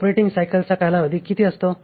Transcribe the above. operating सायकलचा कालावधी किती असतो